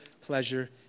pleasure